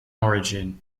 origin